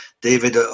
David